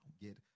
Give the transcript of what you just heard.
get